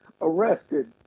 arrested